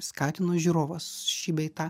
skatino žiūrovus šį bei tą